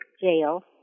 jail